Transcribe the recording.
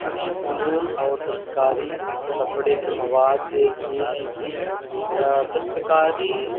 کچھ فنون اور دستکاری کپڑے کے مواد یہ ہیں کہ دستکاری